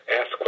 ask